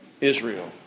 Israel